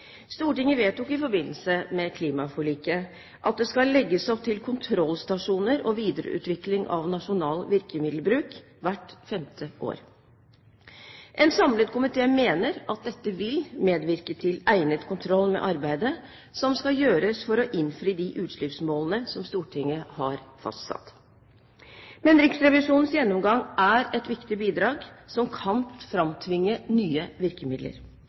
Stortinget vedtok i forbindelse med klimaforliket at det skal legges opp til kontrollstasjoner og videreutvikling av nasjonal virkemiddelbruk hvert femte år. En samlet komité mener at dette vil medvirke til egnet kontroll med arbeidet som skal gjøres for å innfri de utslippsmålene som Stortinget har fastsatt. Men Riksrevisjonens gjennomgang er et viktig bidrag som kan framtvinge nye virkemidler.